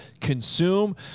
consume